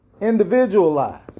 individualized